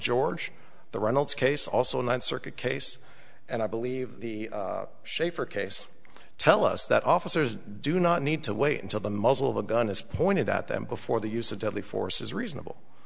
george the reynolds case also a ninth circuit case and i believe the schaffer case tell us that officers do not need to wait until the muzzle of a gun is pointed at them before the use of deadly force is reasonable